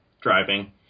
driving